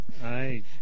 Right